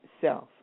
self